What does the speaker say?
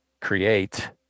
create